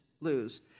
lose